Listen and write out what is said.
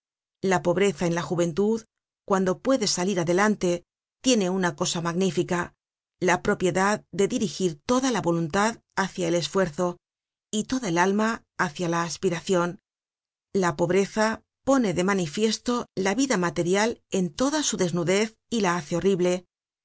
la pobreza en la juventud cuando puede salir adelante tiene una cosa magnífica la propiedad de dirigir toda la voluntad hácia el esfuerzo y toda el alma hácia la aspiracion la pobreza pone de manifiesto la vida material en toda su desnudez y la hace horrible